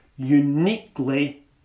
Uniquely